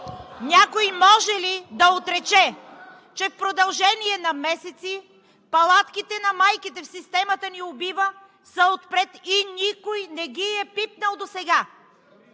някой може ли да отрече, че в продължение на месеци палатките на майките в „Системата ни убива!“ са отпред и никой не ги е пипнал досега?